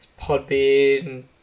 Podbean